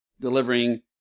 delivering